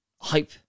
hype